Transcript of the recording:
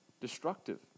destructive